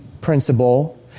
principle